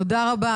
תודה רבה.